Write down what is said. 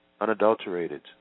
unadulterated